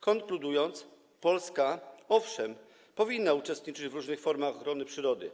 Konkludując - Polska, owszem, powinna uczestniczyć w różnych formach ochrony przyrody,